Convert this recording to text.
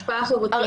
השפעה חברתית.